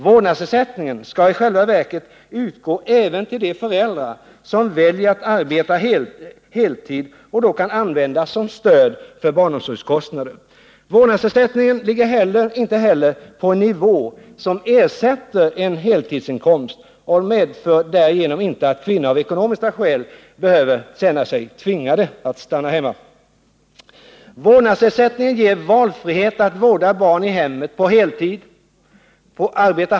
Vårdnadsersättningen skall i själva verket utgå även till de föräldrar som väljer att arbeta på heltid och kan då användas som stöd för barnomsorgskostnader. Vårdnadsersättningen ligger inte heller på en nivå som ersätter en heltidsinkomst och medför därigenom inte att kvinnor av ekonomiska skäl behöver känna sig tvingade att stanna hemma.